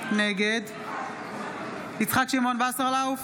נגד יצחק שמעון וסרלאוף,